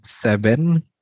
seven